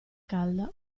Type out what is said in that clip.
calda